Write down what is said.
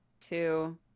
two